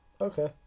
okay